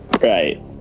Right